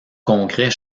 congrès